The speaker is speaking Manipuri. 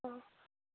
ꯑꯣ